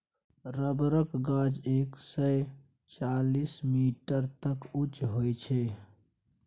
रबरक गाछ एक सय चालीस मीटर तक उँच होइ छै